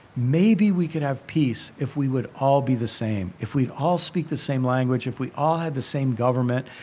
maybe we could have peace if we would all be the same. if we'd all speak the same language, if we all had the same government,